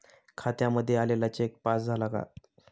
खात्यामध्ये आलेला cheque pass झाला का?